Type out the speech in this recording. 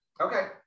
Okay